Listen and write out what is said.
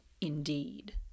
indeed